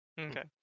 Okay